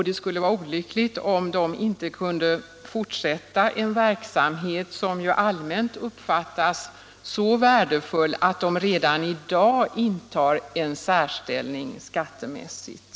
Det vore olyckligt om de inte kunde Om avdragsrätt vid fortsätta en verksamhet som allmänt uppfattas som så värdefull att de — inkomsttaxeringen redan i dag intar en särställning skattemässigt.